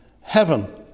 heaven